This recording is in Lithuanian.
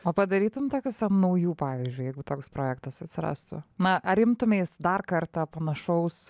o padarytum tokius ant naujų pavyzdžiui jeigu toks projektas atsirastų na ar imtumeis dar kartą panašaus